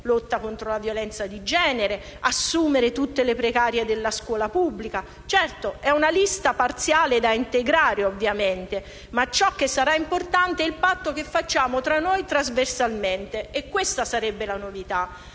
lotta contro la violenza di genere e l'assunzione di tutte le precarie della scuola pubblica. Certo, si tratta di una lista parziale da integrare, ma ciò che è importante è il patto che facciamo tra noi trasversalmente: questa sarebbe la novità.